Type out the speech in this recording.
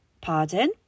Pardon